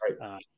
Right